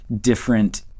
different